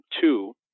two